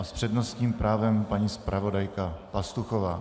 A s přednostním právem paní zpravodajka Pastuchová.